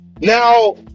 Now